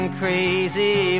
crazy